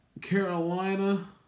Carolina